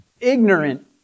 Ignorant